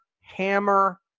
hammer